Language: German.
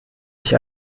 ich